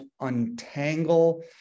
untangle